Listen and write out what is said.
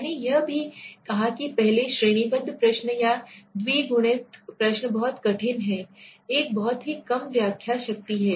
मैंने यह भी कहा कि पहले श्रेणीबद्ध प्रश्न या द्विगुणित प्रश्न बहुत कठिन हैं एक बहुत ही कम व्याख्या शक्ति हैं